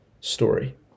story